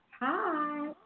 Hi